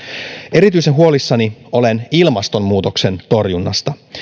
erityisen huolissani olen ilmastonmuutoksen torjunnasta